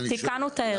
תיקנו את ההרכב.